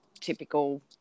typical